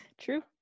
True